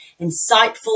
insightful